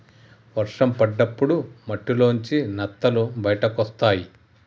వర్షం పడ్డప్పుడు మట్టిలోంచి నత్తలు బయటకొస్తయ్